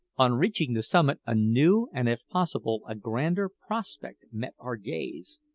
on reaching the summit a new, and if possible a grander, prospect met our gaze.